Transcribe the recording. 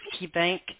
KeyBank